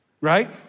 Right